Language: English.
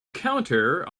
counter